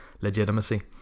legitimacy